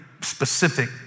specific